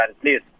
please